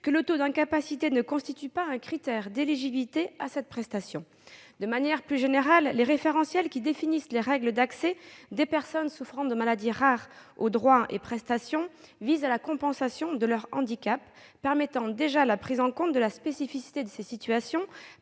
que le taux d'incapacité ne constitue pas un critère d'éligibilité à cette prestation. De manière plus générale, les référentiels qui définissent les règles d'accès des personnes souffrant de maladies rares aux droits et prestations visant à la compensation de leur handicap permettent déjà la prise en compte de la spécificité de ces situations